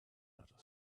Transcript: outer